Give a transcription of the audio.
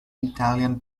italian